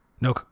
No